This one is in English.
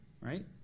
right